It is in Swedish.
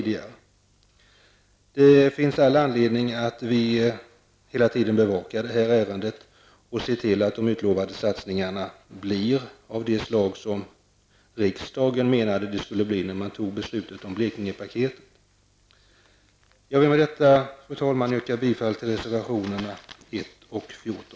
Det finns all anledning för oss att bevaka detta ärende och se till att de utlovade satsningarna blir av det slag som riksdagen avsåg när den fattade beslut om Blekingepaketet. Fru talman! Jag ber med detta att få yrka bifall till reservation 1 och 10.